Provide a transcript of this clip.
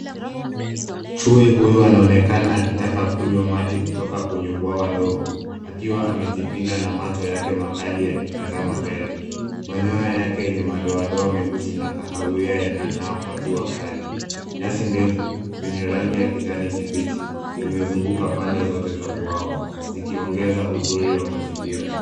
Chui huyu anaonekana akitaka kunywa maji kutoka kwenye bwawa dogo, akiwa amejipinda na macho yake makali yakitazama mbele. Manyoya yake yenye madoadoa meusi na kahawia, yanang'aa kwa jua kali. Nyasi ndefu zenye rangi ya kijani kibichi, zimezunguka pande zote za bwawa zikiongeza uzuri wa mazingira.